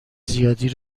زیادی